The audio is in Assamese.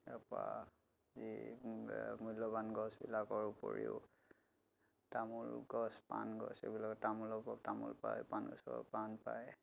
তাৰপৰা যি মূল্য়বান গছবিলাকৰ উপৰিও তামোল গছ পাণ গছ এইবিলাকৰ তামোলৰ পৰা তামোল পায় পাণ গছৰ পৰা পাণ পায়